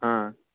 ஆ